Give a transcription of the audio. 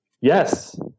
yes